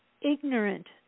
ignorant